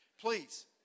please